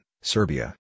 Serbia